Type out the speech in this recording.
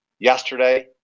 Yesterday